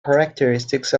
characteristics